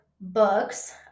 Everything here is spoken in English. books